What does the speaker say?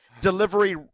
delivery